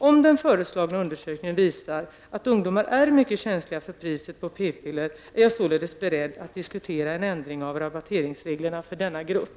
Om den föreslagna undersökningen visar att ungdomar är mycket känsliga för priset på p-piller är jag således beredd att diskutera en ändring av rabatteringsreglerna för denna grupp.